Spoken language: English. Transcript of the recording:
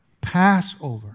Passover